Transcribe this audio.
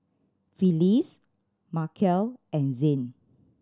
Phyllis Markel and Zane